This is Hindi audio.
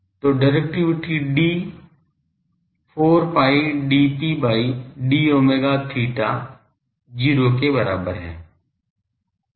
तो directivity D 4 pi dP by d omega theta 0 के बराबर है